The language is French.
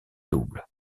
double